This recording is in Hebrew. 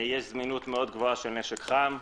יש זמינות מאוד גבוהה של נשק חם,